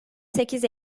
sekiz